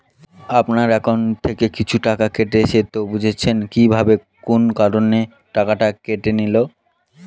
আপনার একাউন্ট থেকে কিছু টাকা কেটেছে তো বুঝবেন কিভাবে কোন কারণে টাকাটা কেটে নিল?